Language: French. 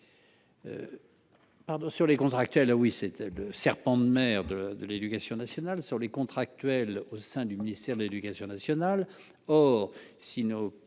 pardon sur les contractuels ah oui, c'était le serpent de mer de l'Éducation nationale sur les contractuels au sein du ministère de l'Éducation nationale, or si nos